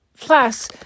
plus